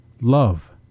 love